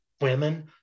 women